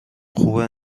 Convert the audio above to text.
خوبه